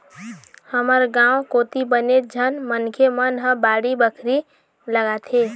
हमर गाँव कोती बनेच झन मनखे मन ह बाड़ी बखरी लगाथे